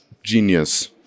genius